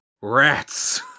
Rats